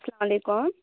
اسلامُ علیکُم